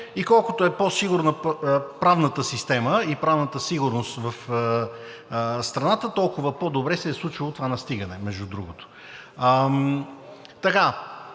и колкото е по-сигурна правната система и правната сигурност в страната, толкова по-добре се е случвало това настигане, между другото,